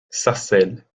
sarcelles